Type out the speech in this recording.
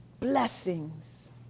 blessings